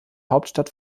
hauptstadt